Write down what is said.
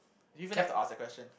do you even have to ask that question